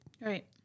Right